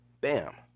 bam